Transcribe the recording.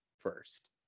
first